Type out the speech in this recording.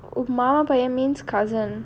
மாமா பையன்:mama paiyan means cousin